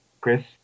Chris